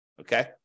Okay